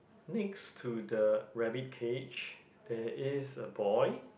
next to the rabbit cage there is a boy